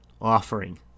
offering